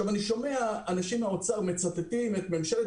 אני שומע אנשים מהאוצר מצטטים את ממשלת